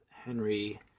Henry